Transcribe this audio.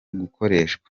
gukoreshwa